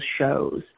shows